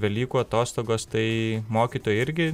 velykų atostogos tai mokytojai irgi